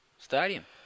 Stadium